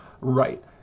Right